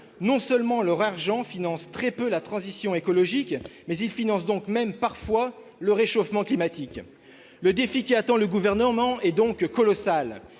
non seulement leur argent finance très peu la transition écologique, mais il finance parfois le réchauffement climatique ! Le défi à relever par le Gouvernement est donc colossal.